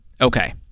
Okay